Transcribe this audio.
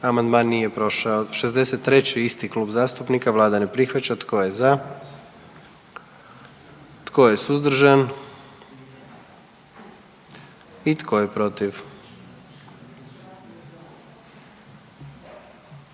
sastavni dio zakona. 44. Kluba zastupnika SDP-a, vlada ne prihvaća. Tko je za? Tko je suzdržan? Tko je protiv?